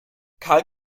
karl